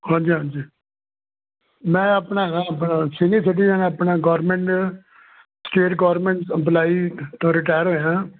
ਹਾਂਜੀ ਹਾਂਜੀ ਮੈਂ ਆਪਣਾ ਹੈਗਾ ਆਪਣਾ ਸੀਨੀਅਰ ਸਿਟੀਜਨ ਆਪਣਾ ਗੌਰਮੈਂਟ ਸਟੇਟ ਗੌਰਮੈਂਟ ਇੰਪਲਾਈ ਤੋਂ ਰਿਟਾਇਰ ਹੋਇਆ